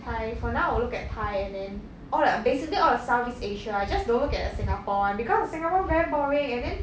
thai for now I will look at thai and then all the basically all the southeast asia I just don't look at the singapore one because the singapore one very boring and then